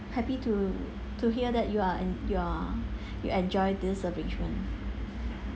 happy to to hear that you are en~ you're you enjoy this arrangement